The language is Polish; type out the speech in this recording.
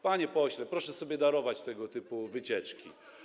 Panie pośle, proszę sobie darować tego typu wycieczki.